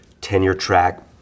tenure-track